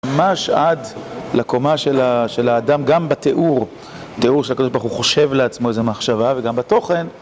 ממש עד לקומה של האדם, גם בתיאור, תיאור שהקדוש ברוך הוא, חושב לעצמו איזו מחשבה וגם בתוכן